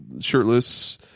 shirtless